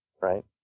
right